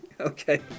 Okay